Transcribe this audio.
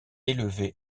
élevé